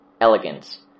elegance